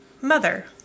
Mother